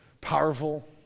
powerful